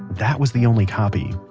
that was the only copy.